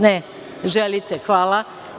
Ne, želite, hvala.